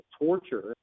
torture